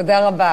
תודה רבה.